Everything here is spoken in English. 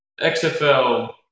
XFL